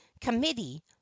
committee